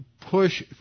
push